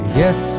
yes